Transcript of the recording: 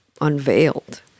unveiled